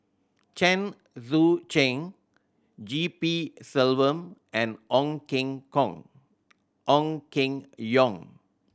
Chen Sucheng G P Selvam and Ong Keng Hong Ong Keng Yong